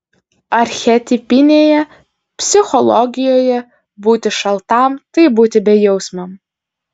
archetipinėje psichologijoje būti šaltam tai būti bejausmiam